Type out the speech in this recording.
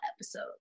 episode